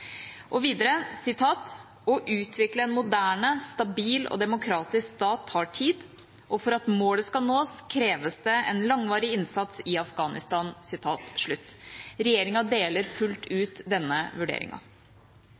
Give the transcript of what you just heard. Og videre: «å utvikle en moderne, stabil og demokratisk stat tar tid, og for at målet skal nås kreves det en langvarig innsats i Afghanistan». Regjeringa deler fullt